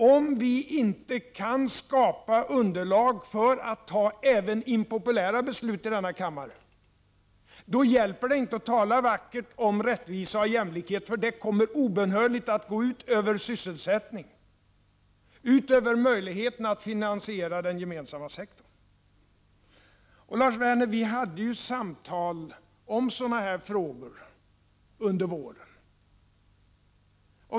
Om vi inte kan skapa underlag för att fatta även impopulära beslut i denna kammare, hjälper det inte att tala vackert om rättvisa och jämlikhet, för det kommer i så fall obönhörligt att gå ut över sysselsättningen och över möjligheterna att finansiera den gemensamma sektorn. Vi hade ju, Lars Werner, under våren samtal om sådana här frågor.